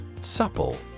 Supple